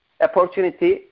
opportunity